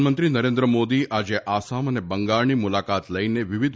પ્રધાનમંત્રી નરેન્દ્ર મોદી આજે આસામ અને બંગાળની મુલાકાત લઈને વિવિધ